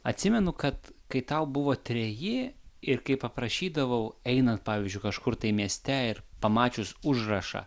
atsimenu kad kai tau buvo treji ir kai paprašydavau einant pavyzdžiui kažkur tai mieste ir pamačius užrašą